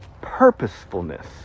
purposefulness